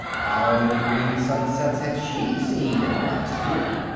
how many green sunsets had she seen in the last year?